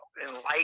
enlightened